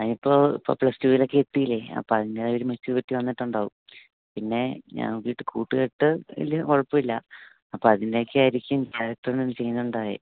അവനിപ്പോൾ ഇപ്പോൾ പ്ലസ്ടു വരെ ഒക്കെ എത്തിയില്ലേ അപ്പം അതിന്റേതായിട്ടുള്ള മെച്യൂരിറ്റി വന്നിട്ടുണ്ടാവും പിന്നേ ഞാൻ വീട്ടിൽ കൂട്ട് കെട്ട് വലിയ കുഴപ്പമില്ല അപ്പം അതിൻ്റെ ഒക്കെ ആയിരിക്കും ക്യാരക്റ്ററിന് ചേഞ്ച് ഉണ്ടായത്